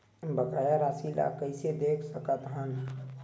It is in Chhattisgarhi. बकाया राशि ला कइसे देख सकत हान?